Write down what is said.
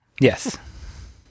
Yes